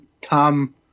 Tom